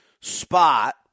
spot